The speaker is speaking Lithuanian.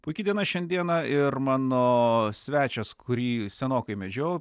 puiki diena šiandieną ir mano svečias kurį senokai medžiojau